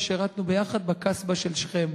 ששירתנו יחד בקסבה של שכם,